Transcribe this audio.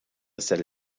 celle